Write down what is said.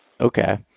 Okay